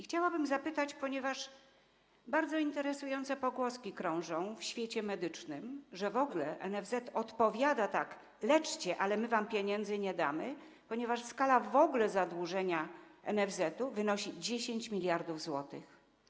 Chciałabym zapytać, ponieważ bardzo interesujące pogłoski krążą w świecie medycznym, że w ogóle NFZ odpowiada tak: leczcie, ale my wam pieniędzy nie damy, ponieważ w ogóle skala zadłużenia NFZ wynosi 10 mld zł.